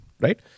right